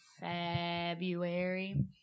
February